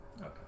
Okay